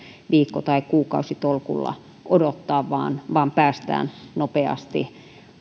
viikko tai kuukausitolkulla odottaa vaan vaan päästään nopeasti